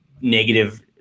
negative